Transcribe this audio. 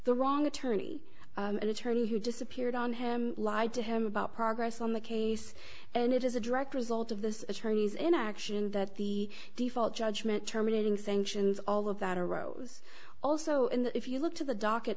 the wrong attorney an attorney who disappeared on him lied to him about progress on the case and it is a direct result of this attorney's in action that the default judgment terminating sanctions all of that arose also if you look to the docket